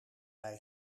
bij